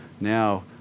now